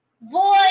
boy